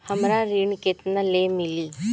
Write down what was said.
हमरा ऋण केतना ले मिली?